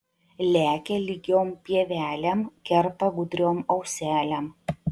lekia lygiom pievelėm kerpa gudriom auselėm